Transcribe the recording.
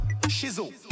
shizzle